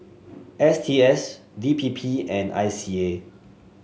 S T S D P P and I C A